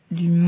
du